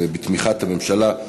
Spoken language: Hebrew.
בתמיכת הממשלה.